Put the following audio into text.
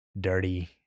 dirty